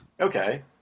Okay